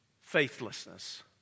faithlessness